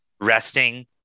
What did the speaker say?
resting